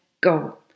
go